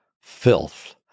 filth